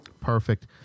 Perfect